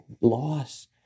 loss